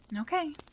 Okay